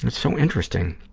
so interesting.